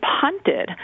punted